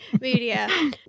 media